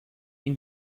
این